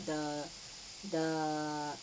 the the